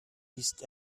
ist